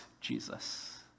Jesus